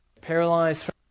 paralyzed